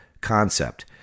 concept